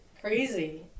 crazy